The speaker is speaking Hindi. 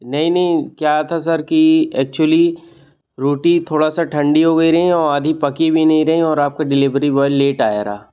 नहीं नहीं क्या था सर की एक्चुअली रोटी थोड़ा सा ठंडी हो गई रही और आधी पक्की भी नहीं रही और आपके डिलीवरी बॉय लेट आया रहा